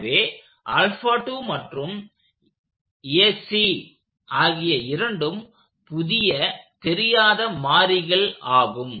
எனவே மற்றும் ஆகிய இரண்டும் புதிய தெரியாத மாறிகள் ஆகும்